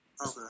Okay